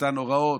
שנתן הוראות.